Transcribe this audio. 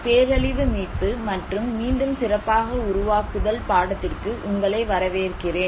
பேரழிவு மீட்பு மற்றும் மீண்டும் சிறப்பாக உருவாக்குதல் பாடத்திற்கு உங்களை வரவேற்கிறேன்